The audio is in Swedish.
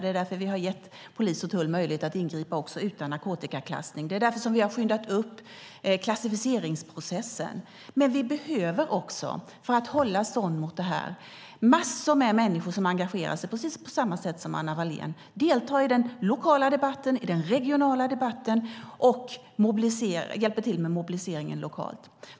Det är därför som vi har gett polis och tull möjlighet att ingripa också utan narkotikaklassning. Det är därför som vi har skyndat på klassificeringsprocessen. Men vi behöver också, för att hålla stånd mot det här, massor av människor som engagerar sig på precis samma sätt som Anna Wallén, som deltar i den lokala debatten, i den regionala debatten och hjälper till med mobiliseringen lokalt.